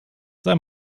sei